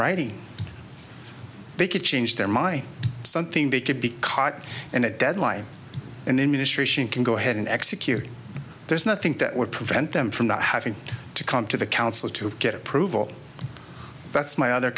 writing they could change their mind something they could be caught in a deadline and then ministration can go ahead and execute there's nothing that would prevent them from not having to come to the council to get approval that's my other